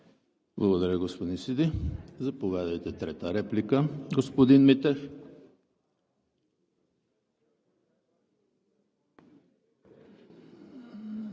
Благодаря, господин Сиди. Заповядайте – трета реплика, господин Митев.